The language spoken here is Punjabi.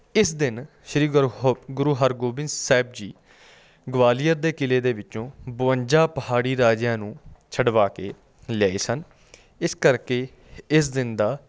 ਇਸ ਦਿਨ ਸ਼੍ਰੀ ਗੁਰੂ ਹੋ ਗੁਰੂ ਹਰਗੋਬਿੰਦ ਸਾਹਿਬ ਜੀ ਗਵਾਲੀਅਰ ਦੇ ਕਿਲ੍ਹੇ ਦੇ ਵਿੱਚੋਂ ਬਵੰਜਾ ਪਹਾੜੀ ਰਾਜਿਆਂ ਨੂੰ ਛਡਵਾ ਕੇ ਲਿਆਏ ਸਨ ਇਸ ਕਰਕੇ ਇਸ ਦਿਨ ਦਾ